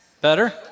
Better